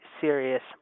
serious